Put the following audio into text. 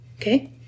Okay